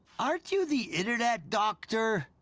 aren't you the internet doctor?